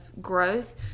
growth